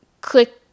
click